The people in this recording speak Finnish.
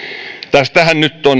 tästähän nyt